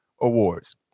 Awards